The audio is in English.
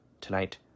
tonight